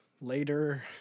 later